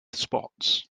spots